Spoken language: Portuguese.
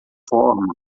forma